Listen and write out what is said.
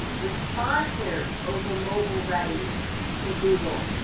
um responsive over mobile ready for google.